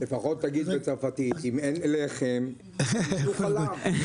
לפחות תגיד בצרפתית, אם אין לחם, תאכלו חלה.